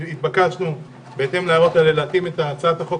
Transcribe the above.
שהתבקשנו בהתאם להערות האלה להתאים את הצעת החוק